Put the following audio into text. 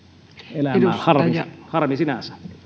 elämään harmi sinänsä